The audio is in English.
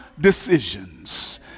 decisions